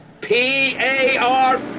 P-A-R